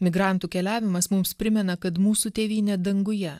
migrantų keliavimas mums primena kad mūsų tėvynė danguje